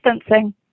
distancing